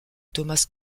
thomas